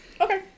Okay